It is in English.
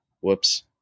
Whoops